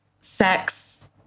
sex